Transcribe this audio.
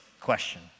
question